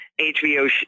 HBO